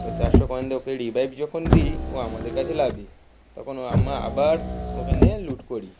তো চারশো কয়েন দিয়ে ওকে রেভাইভ যখন দিই ও আমাদের কাছে নাবে তখনও আবার ওকে নিয়ে লুট করি